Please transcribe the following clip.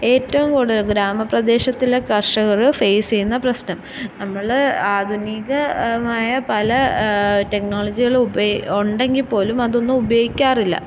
ഏറ്റവും കൂടുതൽ ഗ്രാമപ്രദേശത്തിലെ കർഷകര് ഫേസ് ചെയ്യുന്ന പ്രശ്നം നമ്മള് ആധുനിക മായ പല ടെക്നോളജികളും ഇപ്പോഴ് ഉണ്ടെങ്കിൽ പോലും അതൊന്നും ഉപയോഗിക്കാറില്ല